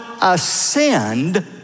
ascend